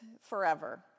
forever